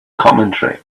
commentary